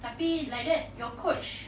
tapi like that your coach